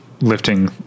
lifting